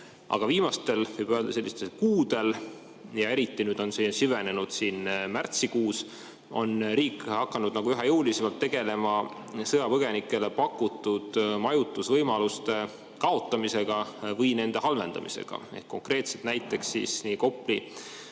Aga viimastel kuudel – ja eriti on see süvenenud märtsikuus – on riik hakanud üha jõulisemalt tegelema sõjapõgenikele pakutud majutusvõimaluste kaotamisega või nende halvendamisega. Konkreetsed näited on nii Kopli